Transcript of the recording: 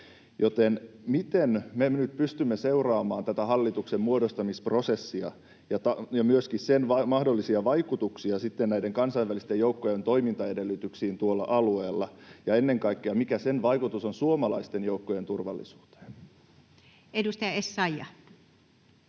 miten me nyt pystymme seuraamaan tätä hallituksenmuodostamisprosessia ja myöskin sen mahdollisia vaikutuksia sitten näiden kansainvälisten joukkojen toimintaedellytyksiin tuolla alueella? Ja ennen kaikkea, mikä sen vaikutus on suomalaisten joukkojen turvallisuuteen? Edustaja Essayah.